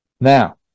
Now